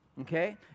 Okay